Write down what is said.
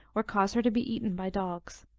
or cause her to be eaten by dogs.